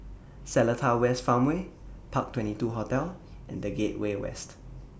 Seletar West Farmway Park twenty two Hotel and The Gateway West